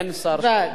אין שר שעונה.